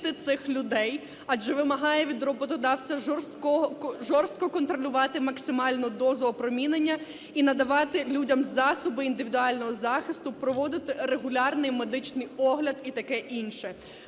цих людей, адже вимагає від роботодавця жорстко контролювати максимальну дозу опромінення і надавати людям засоби індивідуального захисту, проводити регулярний медичний огляд і таке інше.